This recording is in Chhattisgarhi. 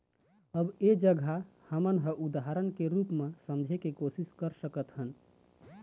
अब ऐ जघा हमन ह उदाहरन के रुप म समझे के कोशिस कर सकत हन